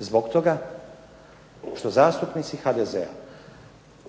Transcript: zbog toga što zastupnici HDZ-a